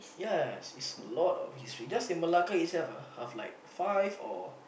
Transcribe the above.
ya is is is a lot of history just in Malacca itself ah have like five or